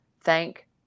thank